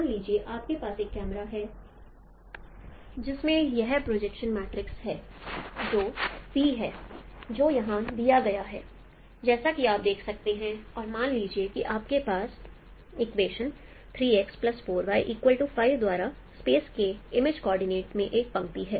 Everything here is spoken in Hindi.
मान लीजिए आपके पास एक कैमरा है जिसमें यह प्रोजेक्शन मैट्रिक्स है जो P है जो यहाँ दिया गया है जैसा कि आप देख सकते हैं और मान लीजिए कि आपके पास इक्वेशन द्वारा स्पेस के इमेज कोऑर्डिनेट में एक पंक्ति है